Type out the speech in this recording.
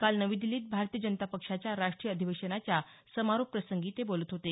काल नवी दिल्लीत भारतीय जनता पक्षाच्या राष्ट्रीय अधिवेशनाच्या समारोप प्रसंगी ते बोलत होते